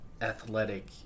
athletic